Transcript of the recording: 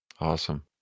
Awesome